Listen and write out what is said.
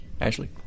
Ashley